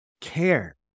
care